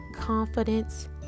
confidence